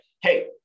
hey